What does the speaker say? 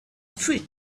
feet